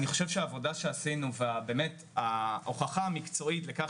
אני חושב שהעבודה שעשינו ובאמת ההוכחה המקצועית לכך